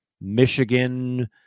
Michigan